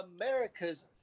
America's